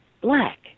black